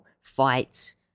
fights